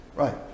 Right